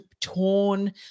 torn